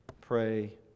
pray